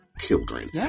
children